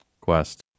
quest